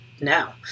now